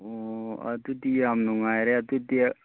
ꯑꯣ ꯑꯗꯨꯗꯤ ꯌꯥꯝ ꯅꯨꯡꯉꯥꯏꯔꯦ ꯑꯗꯨꯗꯤ